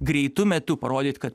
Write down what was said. greitu metu parodyt kad